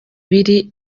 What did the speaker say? biri